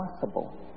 possible